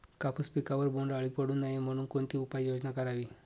कापूस पिकावर बोंडअळी पडू नये म्हणून कोणती उपाययोजना करावी?